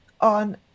on